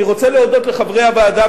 אני רוצה להודות לחברי הוועדה,